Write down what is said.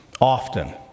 Often